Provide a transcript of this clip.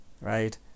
right